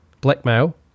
blackmail